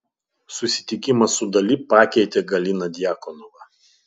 susitikimas su dali pakeitė galiną djakonovą